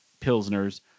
Pilsners